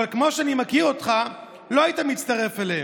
אבל כמו שאני מכיר אותך, לא היית מצטרף אליהם.